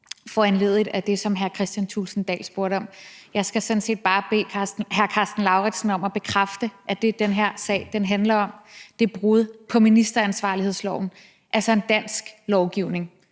foranlediget af det, som hr. Kristian Thulesen Dahl spurgte om: Jeg skal sådan set bare bede hr. Karsten Lauritzen om at bekræfte, at det, den her sag handler om, er brud på ministeransvarlighedsloven, altså en dansk lovgivning